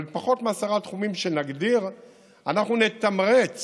אבל בפחות מעשרה תחומים שנגדיר אנחנו נתמרץ